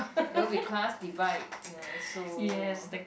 there won't be class divide ya so